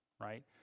right